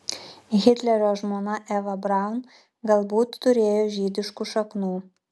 hitlerio žmona eva braun galbūt turėjo žydiškų šaknų